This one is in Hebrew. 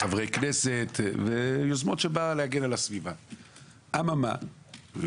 כשעשו את החוק ב-2002, 2003,